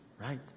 right